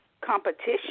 competition